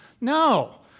No